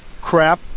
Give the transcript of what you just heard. crap